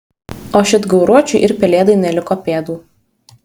o šit gauruočiui ir pelėdai neliko pėdų